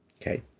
Okay